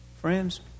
Friends